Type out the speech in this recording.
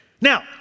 Now